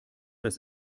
das